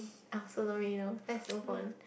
I also don't really know let's move on